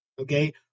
okay